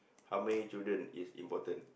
how many children is important